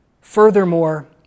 furthermore